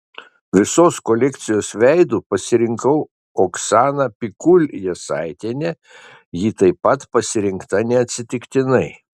visos kolekcijos veidu pasirinkau oksaną pikul jasaitienę ji taip pat pasirinkta neatsitiktinai